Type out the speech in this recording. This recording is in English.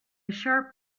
sharp